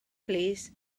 plîs